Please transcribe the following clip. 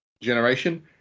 generation